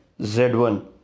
Z1